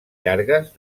llargues